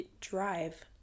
drive